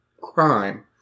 crime